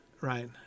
right